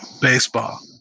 baseball